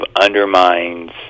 undermines